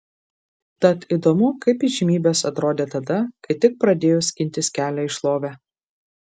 tad įdomu kaip įžymybės atrodė tada kai tik pradėjo skintis kelią į šlovę